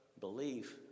belief